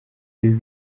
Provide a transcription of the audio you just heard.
ibi